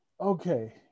Okay